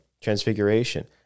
Transfiguration